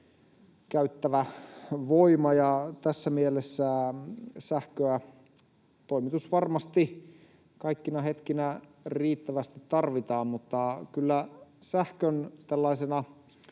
käyttävä voima, ja tässä mielessä sähköä toimitusvarmasti kaikkina hetkinä riittävästi tarvitaan, mutta kyllä sähkön tällaisena